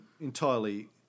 entirely